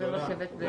שלום לכולם.